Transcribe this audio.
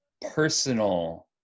personal